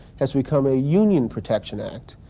has become a union protection act.